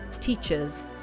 teachers